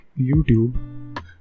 YouTube